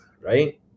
right